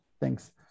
Thanks